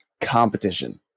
competition